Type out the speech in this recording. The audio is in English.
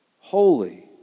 holy